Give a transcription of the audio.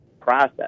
process